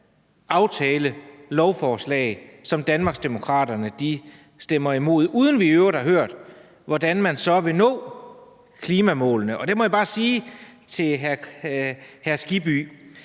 grønne lovforslag, som Danmarksdemokraterne stemmer imod, uden at vi i øvrigt har hørt, hvordan man så vil nå klimamålene. Og der må jeg bare sige til hr. Hans